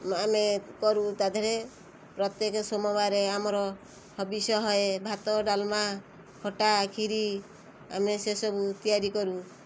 ଆମେ କରୁ ତାଦିହରେ ପ୍ରତ୍ୟେକ ସୋମବାରରେ ଆମର ହବିଷ ହଏ ଭାତ ଡାଲମା ଖଟା କ୍ଷୀରି ଆମେ ସେସବୁ ତିଆରି କରୁ